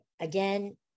again